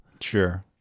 Sure